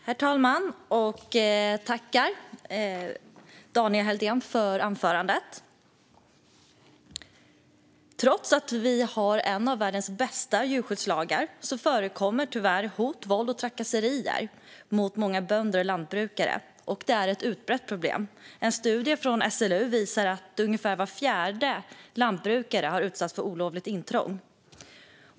Herr talman! Jag tackar Daniel Helldén för hans anförande. Trots att vi har en av världens bästa djurskyddslagar förekommer tyvärr hot, våld och trakasserier mot många bönder och lantbrukare. Det är ett utbrett problem. En studie från SLU visar att ungefär var fjärde lantbrukare har utsatts för olovligt intrång.